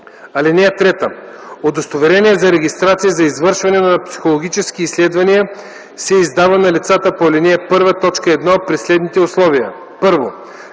1, т. 2. (3) Удостоверение за регистрация за извършване на психологически изследвания се издава на лицата по ал. 1, т. 1 при следните условия: